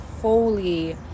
fully